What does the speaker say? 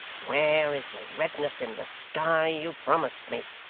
where is the redness in the sky, you promised me